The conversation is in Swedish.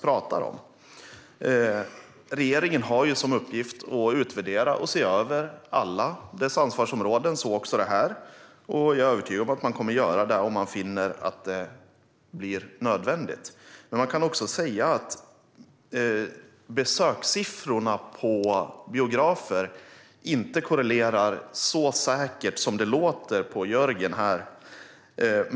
Regeringen har som uppgift att utvärdera och se över alla dessa ansvarsområden, så också det här. Jag är övertygad att man kommer att göra det om man finner att det blir nödvändigt. Men vi kan också säga att besökssiffrorna på biografer inte korrelerar så säkert med priserna som det låter på Jörgen Warborn.